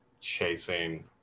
chasing